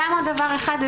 עוד דבר אחד,